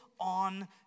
on